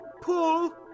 pull